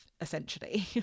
essentially